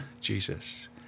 Jesus